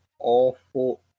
awful